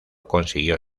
consiguió